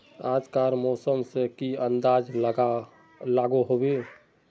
आज कार मौसम से की अंदाज लागोहो होबे?